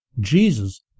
Jesus